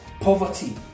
Poverty